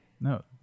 No